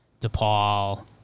DePaul